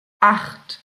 acht